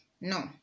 no